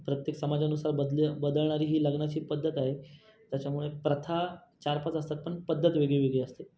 प्रत्येक समाजानुसार बदलूया बदलणारी ही लग्नाची पद्धत आहे त्याच्यामुळे प्रथा चारपाच असतात पण पद्धत वेगळीवेगळी असते